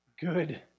good